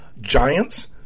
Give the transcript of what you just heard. giants